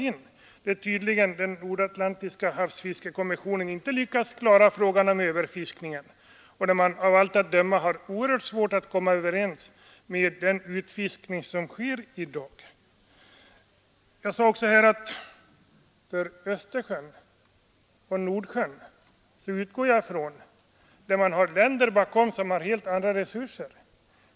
I denna fråga har tydligen den nordatlantiska havsfiskekommissionen inte lyckats klara frågan om överfiskningen, och man har haft oerhört svårt att komma överens i fråga om den utfiskning som sker i dag. Jag sade också att när det gäller fisket i Östersjön och Nordsjön så har man länder bakom sig med helt andra resurser.